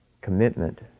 commitment